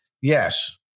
Yes